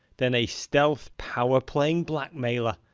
then a stealth, power-playing black-mailer,